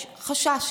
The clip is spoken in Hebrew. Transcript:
יש חשש,